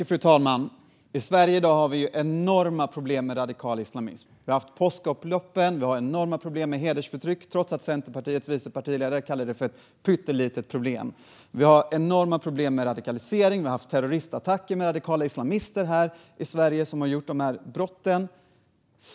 Fru talman! I Sverige har vi i dag enorma problem med radikal islamism. Vi har haft påskupploppen, vi har enorma problem med hedersförtryck, trots att Centerpartiets vice partiledare kallar det för ett pyttelitet problem. Vi har enorma problem med radikalisering. Vi har haft terroristattacker här i Sverige där radikala islamister har begått brotten.